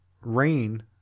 rain